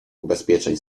ubezpieczeń